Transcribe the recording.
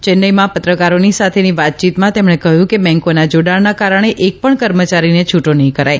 ચેન્નાઈમાં પત્રકારોની સાથે વાતયીતમાં તેમણે કહ્યું કે બેંકોના જાડાણના કારણે એકપણ કર્મયારીને છુટો નહી કરાય